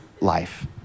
life